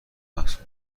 محسوب